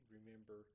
Remember